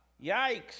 yikes